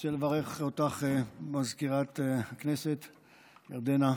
רוצה לברך אותך, מזכירת הכנסת ירדנה.